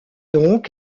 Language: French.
donc